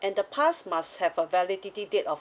and the pass must have a validity date of